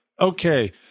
Okay